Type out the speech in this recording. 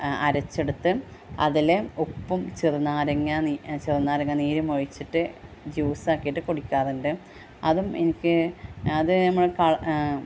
ആ അരച്ചെടുത്ത് അതിൽ ഉപ്പും ചെറുനാരങ്ങ നീര് ചെറുനാരങ്ങ നീരും ഒഴിച്ചിട്ട് ജ്യൂസാക്കിയിട്ട് കുടിക്കാറുണ്ട് അതും എനിക്ക് അത് നമ്മൾ